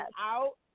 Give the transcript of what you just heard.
out